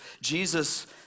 Jesus